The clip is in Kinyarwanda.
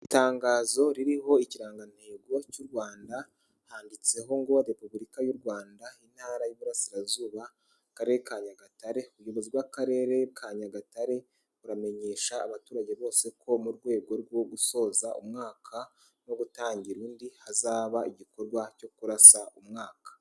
Itangazo ririho ikirangantego cy'u Rwanda. Handitseho ngo" Repubulika y'u Rwanda, Intara y'Iburasirazuba, Akarere ka Nyagatare". Ubuyobozi bw'Akarere ka Nyagatare buramenyesha abaturage bose ko mu rwego rwo gusoza umwaka no gutangira undi, hazaba igikorwa cyo kurasa umwaka.